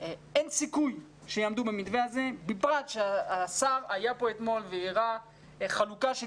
אין סיכוי שיעמדו במתווה הזה בפרט שהשר היה פה אתמול והראה חלוקה של